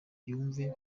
yumve